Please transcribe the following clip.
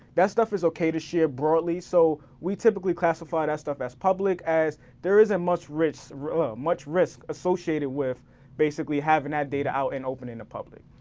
that stuff is okay to share broadly, so we typically classify that stuff as public as there isn't much risk much risk associated with basically having that data out and open in the public.